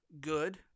good